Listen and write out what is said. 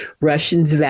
Russians